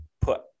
put